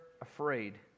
Afraid